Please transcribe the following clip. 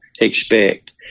expect